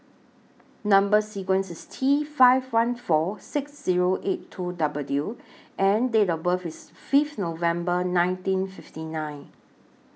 Number sequence IS T five one four six Zero eight two W and Date of birth IS Fifth November nineteen fifty nine